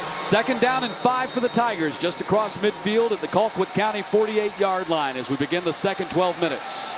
second down and five for the tigers. just across midfield at the colquitt county forty eight yard line. as we begin the second twelve minutes.